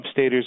upstaters